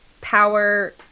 power